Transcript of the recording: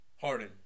Harden